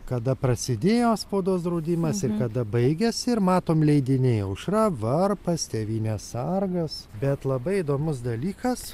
kada prasidėjo spaudos draudimas ir kada baigėsi ir matom leidiniai aušra varpas tėvynės sargas bet labai įdomus dalykas